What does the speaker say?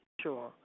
Sure